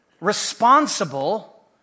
responsible